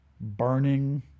Burning